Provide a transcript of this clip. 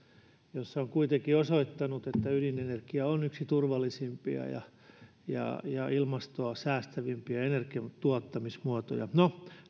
kun on kuitenkin osoitettu että ydinenergia on yksi turvallisimpia ja ja ilmastoa säästävimpiä energian tuottamismuotoja no